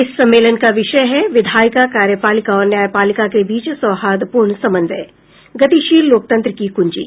इस सम्मेलन का विषय है विधायिका कार्यपालिका और न्यायपालिका के बीच सौहार्द्रपूर्ण समन्वय गतिशील लोकतंत्र की कुंजी